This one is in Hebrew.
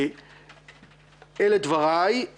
אלה דבריי.